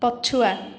ପଛୁଆ